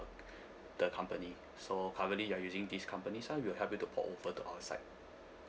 the company so currently you're using this companies uh we will help you to port over to our side